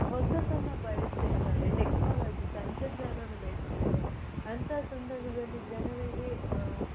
ಹೊಸತನ್ನು ಬಯಸ್ತಾಯಿದ್ದಾರೆ ಟೆಕ್ನಾಲಜಿ ತಂತ್ರಜ್ಞಾನವನ್ನ ಬಯಸ್ತಿದ್ದಾರೆ ಅಂತಹ ಸಂದರ್ಭದಲ್ಲಿ ಜನರಿಗೆ